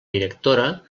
directora